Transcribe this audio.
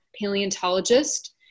paleontologist